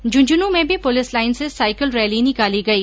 झूंझुनू में भी police line से साईकिल रैली निकाली गई